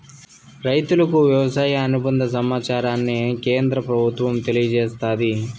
రైతులకు వ్యవసాయ అనుబంద సమాచారాన్ని కేంద్ర ప్రభుత్వం తెలియచేస్తాది